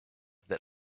that